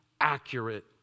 accurate